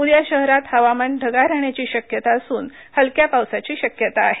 उद्या शहरात हवामान ढगाळ राहण्याची शक्यता असून हलक्या पावसाची शक्यता आहे